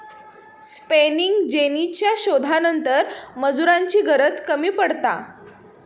spinning जेनीच्या शोधानंतर मजुरांची गरज कमी पडता